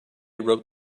wrote